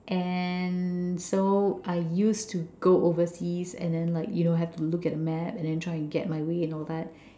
and so I used to go overseas and then like you have to look at the map but then try and get my way all that